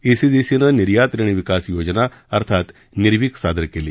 ईसीजीसीनं निर्यात रिण विकास योजना अर्थात निर्विक सादर केली